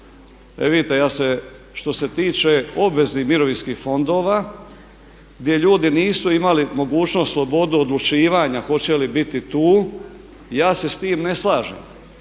E vidite ja se, što se tiče obveznih mirovinskih fondova gdje ljudi nisu imali mogućnost slobodu odlučivanja hoće li biti tu, ja se s tim ne slažem